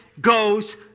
goes